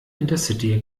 intercity